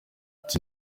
ati